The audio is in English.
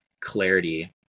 clarity